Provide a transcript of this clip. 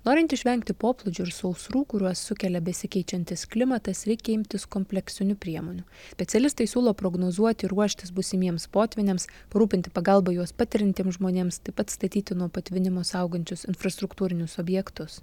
norint išvengti poplūdžių ir sausrų kuriuos sukelia besikeičiantis klimatas reikia imtis kompleksinių priemonių specialistai siūlo prognozuoti ruoštis būsimiems potvyniams parūpinti pagalbą juos patiriantiems žmonėms taip pat statyti nuo patvinimo saugančius infrastruktūrinius objektus